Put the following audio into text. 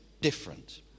different